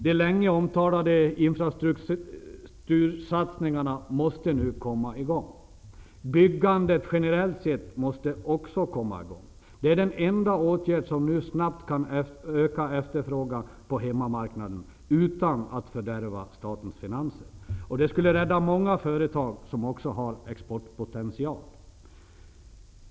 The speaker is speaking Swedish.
De länge omtalade infrastruktursatsningarna måste komma i gång nu. Byggandet måste också generellt sett komma i gång. Det är den enda åtgärd som snabbt kan öka efterfrågan på hemmamarknaden utan att fördärva statens finanser. Det skulle rädda många företag som också har exportpotential.